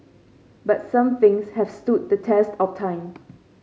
but some things have stood the test of time